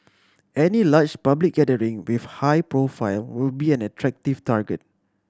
any large public gathering with high profile will be an attractive target